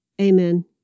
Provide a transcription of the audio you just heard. Amen